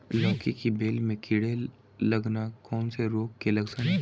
लौकी की बेल में कीड़े लगना कौन से रोग के लक्षण हैं?